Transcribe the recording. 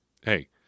hey